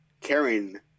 Karen